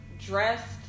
Dressed